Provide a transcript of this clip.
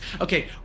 Okay